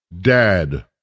dad